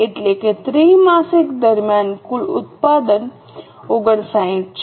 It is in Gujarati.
એટલે કે ત્રિમાસિક દરમિયાન કુલ ઉત્પાદન 59 છે